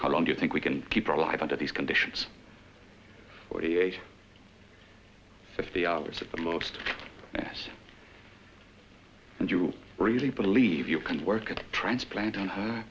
how long do you think we can keep her alive under these conditions forty eight fifty hours at the most yes and you really believe you can work transplant